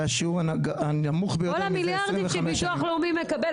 כל המיליארדים שביטוח לאומי מקבל,